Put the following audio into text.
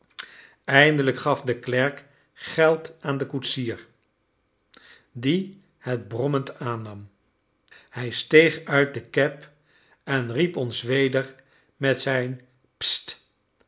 eindelijk gaf de klerk geld aan den koetsier die het brommend aannam hij steeg uit de cab en riep ons weder met zijn